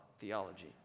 theology